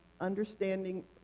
understanding